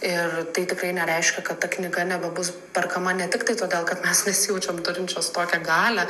ir tai tikrai nereiškia kad ta knyga nebebus perkama ne tik todėl kad mes nejaučiam turinčios tokią galią